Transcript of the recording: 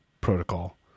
protocol